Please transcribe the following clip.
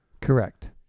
Correct